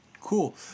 Cool